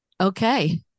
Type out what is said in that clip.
Okay